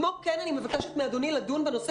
כמו כן אני מבקשת מאדוני לדון בנושא